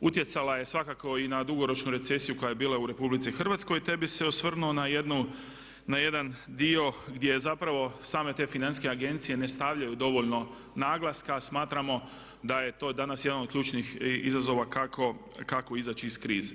utjecala je svakako i na dugoročnu recesiju koja je bila u Republici Hrvatskoj, te bi se osvrnuo na jedan dio gdje zapravo same te financijske agencije ne stavljaju dovoljno naglaska, a smatramo da je to danas jedan od ključnih izazova kako izaći iz krize.